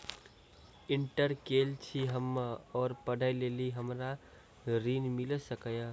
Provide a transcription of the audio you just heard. Inter केल छी हम्मे और पढ़े लेली हमरा ऋण मिल सकाई?